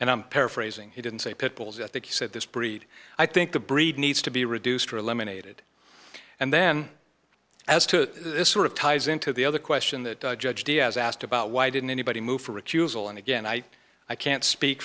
and i'm paraphrasing he didn't say pit bulls at that he said this breed i think the breed needs to be reduced or eliminated and then as to sort of ties into the other question that judge diaz asked about why didn't anybody move for recusal and again i i can't speak